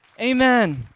Amen